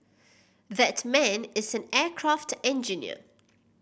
that man is an aircraft engineer